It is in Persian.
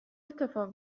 اتفاق